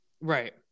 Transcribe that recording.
right